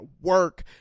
work